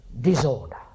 disorder